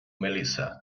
melissa